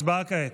הצבעה כעת.